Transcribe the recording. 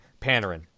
Panarin